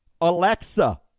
Alexa